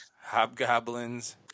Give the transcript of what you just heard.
Hobgoblins